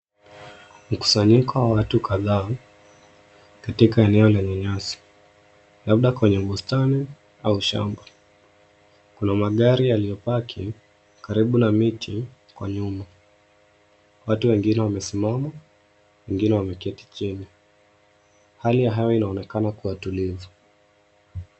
Mkusanyiko wa watu kadhaa katika eneo lenye nyasi labda kwenye bustani au shamba .Kuna magari yaliyopaki karibu na miti kwa nyuma. Watu Wengine wamesimama ,wengine wameketi chini. Hali ya hewa inaonekana kuwa tulivu.